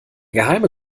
geheime